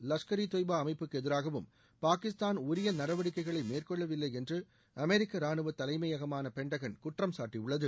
லஷ்கர் ஈ தொய்பா அமைப்புக்கு எதிராகவும் பாகிஸ்தான் உரிய நடவடிக்கைகளை மேற்கொள்ளவில்லை என்று அமெரிக்கா ரானுவ தலைமையகமான பென்டகள் குற்றம்சாட்டியுள்ளது